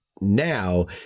now